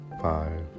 Five